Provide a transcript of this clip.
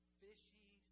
fishy